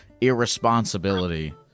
irresponsibility